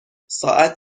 ساعت